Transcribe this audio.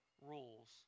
rules